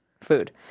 food